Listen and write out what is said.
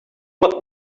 what